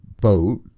boat